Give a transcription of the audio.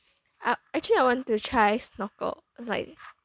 uh actually I want to try snorkel like